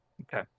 Okay